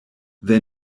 they